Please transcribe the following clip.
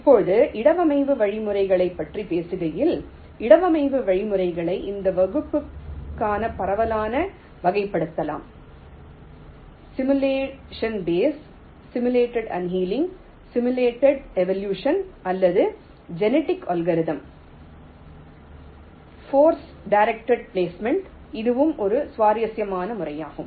இப்போது இடவமைவு வழிமுறைகளைப் பற்றிப் பேசுகையில் இடவமைவு வழிமுறைகளை இந்த வகுப்புகளாக பரவலாக வகைப்படுத்தலாம் simulation based simulated annealing simulated evolution அல்லது genetic algorithm force directed placement இதுவும் ஒரு சுவாரஸ்யமான முறையாகும்